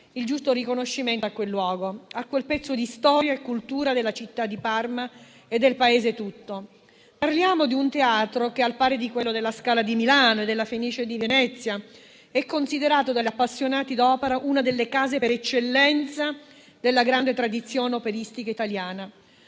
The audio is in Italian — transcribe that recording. il giusto riconoscimento a quel luogo, a quel pezzo di storia e cultura della città di Parma e del Paese tutto. Parliamo di un teatro che, al pari del Teatro alla Scala di Milano e del Teatro La Fenice di Venezia, è considerato dagli appassionati dell'opera una delle case per eccellenza della grande tradizione operistica italiana.